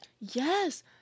Yes